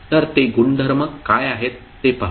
तर ते गुणधर्म काय आहेत ते पाहू